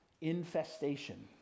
infestation